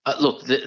look